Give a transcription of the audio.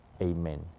Amen